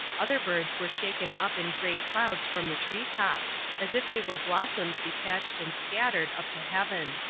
other birds were shaken up in great clouds from the tree-tops, as if they were blossoms detached and scattered up to heaven.